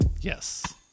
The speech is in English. Yes